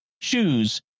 shoes